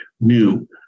new